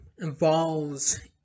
involves